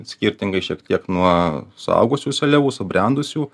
skirtingai šiek tiek nuo suaugusių seliavų subrendusių